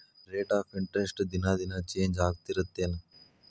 rate of interest ದಿನಾ ದಿನಾ change ಆಗ್ತಿರತ್ತೆನ್